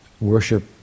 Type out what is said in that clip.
worship